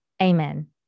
Amen